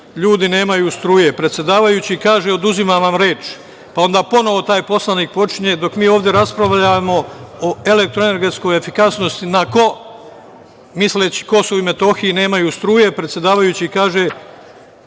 ljudi nemaju struje. Predsedavajući kaže – oduzimam vam reč. Pa, onda ponovo taj poslanik počinje - dok mi ovde raspravljamo o elektroenergetskoj efikasnosti na Ko, misleći na Kosovu i Metohiji nemaju struje, predsedavajući kaže